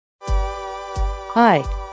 Hi